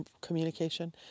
communication